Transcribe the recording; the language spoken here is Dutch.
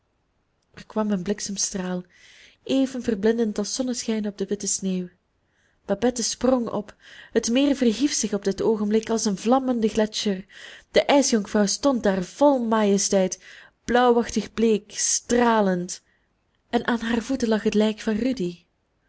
er kwam een bliksemstraal even verblindend als zonneschijn op de witte sneeuw babette sprong op het meer verhief zich op dit oogenblik als een vlammende gletscher de ijsjonkvrouw stond daar vol majesteit blauwachtig bleek stralend en aan haar voeten lag het lijk van rudy